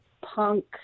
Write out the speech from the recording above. punk